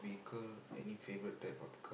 vehicle any favourite type of care